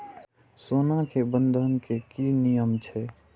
सोना के बंधन के कि नियम छै?